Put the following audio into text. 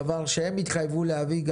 דבר שהם התחייבו להביא גם.